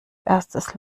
erstes